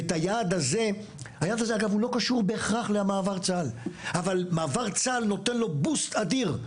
היעד הזה לא קשור בהכרח למעבר צה"ל אבל מעבר צה"ל נותן לו בוסט אדיר,